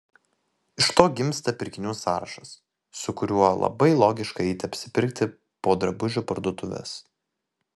iš to gimsta pirkinių sąrašas su kuriuo labai logiška eiti apsipirkti po drabužių parduotuves